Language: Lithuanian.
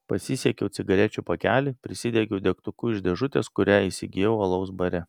pasisiekiau cigarečių pakelį prisidegiau degtuku iš dėžutės kurią įsigijau alaus bare